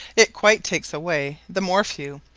it quite takes away the morphew,